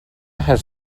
has